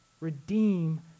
Redeem